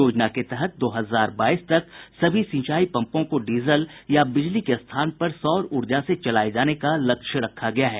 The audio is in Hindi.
योजना के तहत दो हजार बाईस तक सभी सिंचाई पम्पों को डीजल या बिजली के स्थान पर सौर ऊर्जा से चलाये जाने का लक्ष्य रखा गया है